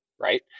right